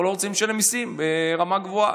אנחנו לא רוצים לשלם מיסים ברמה גבוהה.